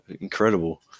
Incredible